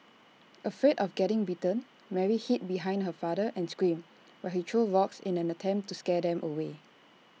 afraid of getting bitten Mary hid behind her father and screamed while he threw rocks in an attempt to scare them away